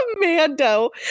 commando